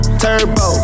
turbo